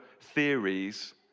theories